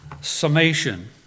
summation